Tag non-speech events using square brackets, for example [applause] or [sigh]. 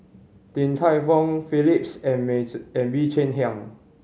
Din Tai Fung Phillips and [unintelligible] and Bee Cheng Hiang